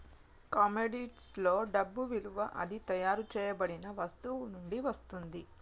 కమోడిటీస్లో డబ్బు విలువ అది తయారు చేయబడిన వస్తువు నుండి వస్తుంది